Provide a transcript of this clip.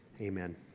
Amen